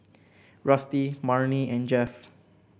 Rusty Marnie and Jeff